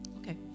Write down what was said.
Okay